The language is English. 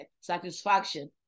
satisfaction